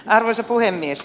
arvoisa puhemies